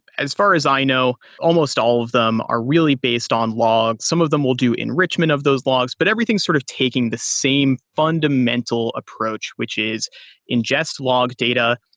as far as i know, almost all of them are really based on logs. some of them will do enrichment of those logs, but everything is sort of taking the same fundamental approach, which is ingest log data.